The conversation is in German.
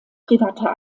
privater